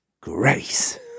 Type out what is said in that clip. grace